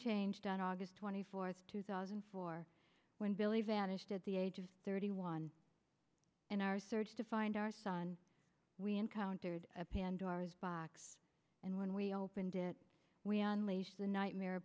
changed on august twenty fourth two thousand and four when billy vanished at the age of thirty one in our search to find our son we encountered a pandora's box and when we opened it we unleashed the nightmare